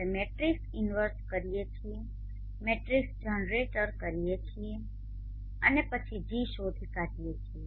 આપણે matrix inverse કરીએ છીએ મેટ્રિક્સ જનરેટ કરીએ છીએ અને પછી G શોધી કાઢીએ છીએ